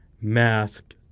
*Mask*